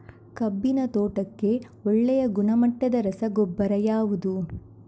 ಕಬ್ಬಿನ ತೋಟಕ್ಕೆ ಒಳ್ಳೆಯ ಗುಣಮಟ್ಟದ ರಸಗೊಬ್ಬರ ಯಾವುದು?